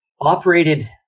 operated